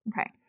Okay